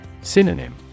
Synonym